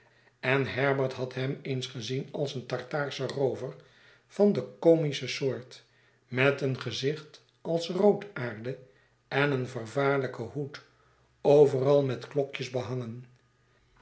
en herbert had hem eens gezien als een tartaarsche roover van de comische soort met een gezicht als roodaarde en een vervaarlijken hoed overal met klokjes behangen